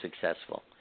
successful